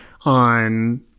on